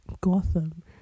Gotham